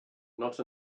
not